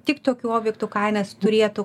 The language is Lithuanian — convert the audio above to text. tik tokių objektų kainas turėtų